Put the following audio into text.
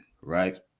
right